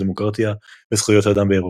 הדמוקרטיה וזכויות האדם באירופה".